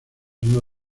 uno